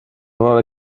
vole